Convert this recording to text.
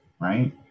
right